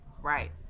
right